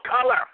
color